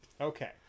Okay